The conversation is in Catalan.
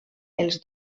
els